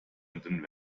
mangelnden